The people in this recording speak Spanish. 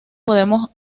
podemos